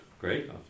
Great